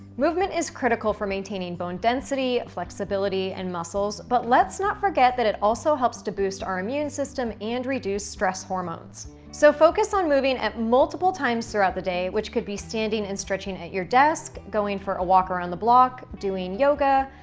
movement is critical for maintaining bone density, flexibility, and muscles, but let's not forget that it also helps to boost our immune system and reduce stress hormones. so focus on moving at multiple times throughout the day, which could be standing and stretching at your desk, going for a walk around the block, doing yoga,